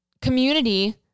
community